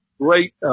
Great